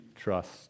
trust